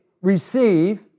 receive